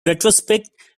retrospect